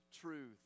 truth